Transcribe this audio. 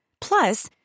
Plus